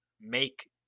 make